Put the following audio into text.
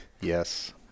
Yes